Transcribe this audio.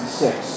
six